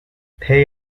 pay